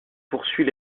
poursuit